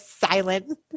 silent